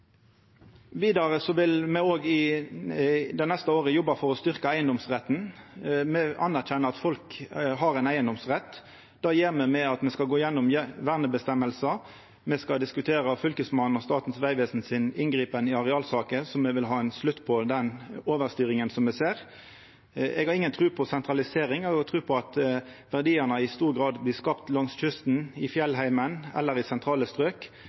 Vidare vil me òg det neste året jobba for å styrkja eigedomsretten. Me anerkjenner at folk har ein eigedomsrett. Det gjer me ved at me skal gå gjennom verneføresegner. Me skal diskutera om Fylkesmannen og Statens vegvesen kan gripa inn i arealsaker. Me vil ha ein slutt på overstyringa me ser. Eg har inga tru på sentralisering. Eg har tru på at verdiane i stor grad blir skapte langs kysten, i fjellheimen eller i sentrale